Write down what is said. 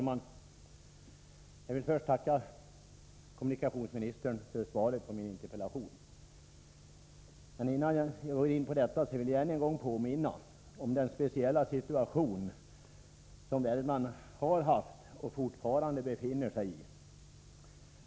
Herr talman! Jag tackar kommunikationsministern för svaret på min interpellation. Innan jag går in på detta vill jag än en gång påminna om den speciella situation som Värmland har befunnit sig i och fortfarande befinner sig i.